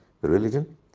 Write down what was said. religion